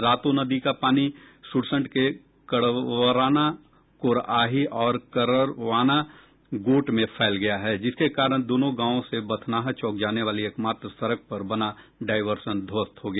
रातो नदी का पानी सुरसंड के कड़रवाना कोरआही और कड़रवाना गोट में फैल गया है जिसके कारण दोनों गांवों से बथनाहा चौक जाने वाली एकमात्र सड़क पर बना डायवर्सन ध्वस्त हो गया